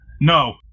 No